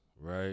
right